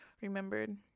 remembered